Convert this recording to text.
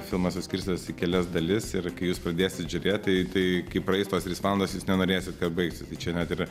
filmas suskirstytas į kelias dalis ir kai jūs pradėsit žiūrėti tai tai kai praeis tos trys valandos jūs nenorėsit kad baigtųsi čia net ir